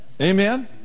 Amen